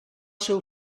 seu